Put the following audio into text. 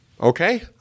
Okay